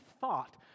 thought